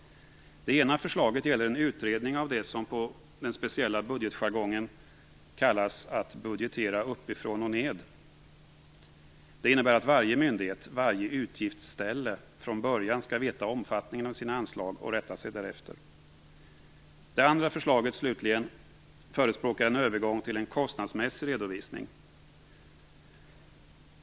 Det ena förslaget gäller en utredning av det som med den speciella budgetjargongen kallas att budgetera "uppifrån och ned". Detta innebär att varje myndighet, varje utgiftsställe, från början skall veta omfattningen av sina anslag och rätta sig därefter. I det andra förslaget slutligen förespråkas en övergång till en kostnadsmässig redovisning.